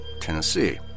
Tennessee